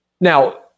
Now